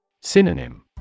Synonym